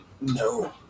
No